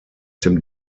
dem